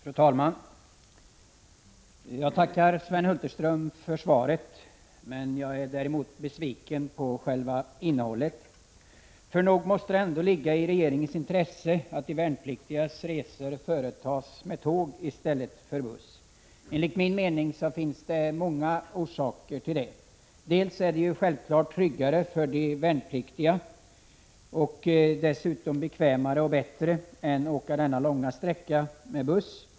Fru talman! Jag tackar Sven Hulterström för svaret, men jag är besviken på innehållet. Nog måste det ändå ligga i regeringens intresse att de värnpliktigas resor företas med tåg i stället för med buss. Enligt min mening finns det många orsaker till det. Det är självfallet tryggare och bekvämare för de värnpliktiga att åka tåg än att åka denna långa sträcka med buss.